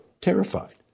terrified